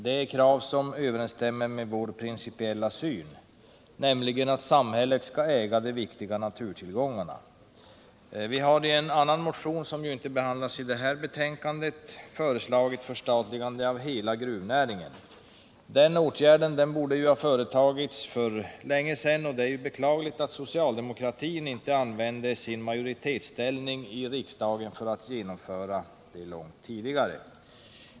Det är ett krav som överensstämmer med vår principiella syn att samhället skall äga de viktiga naturtillgångarna. Vi har i en motion, som dock icke behandlas i detta betänkande, föreslagit förstatligande av hela gruvnäringen. Den åtgärden borde ha företagits för länge sedan, och det är beklagligt att socialdemokratin icke använde sin majoritetsställning i riksdagen för att genomföra detta långt tidigare.